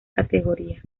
categoría